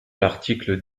l’article